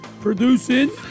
producing